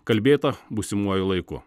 kalbėta būsimuoju laiku